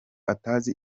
atazi